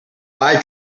eye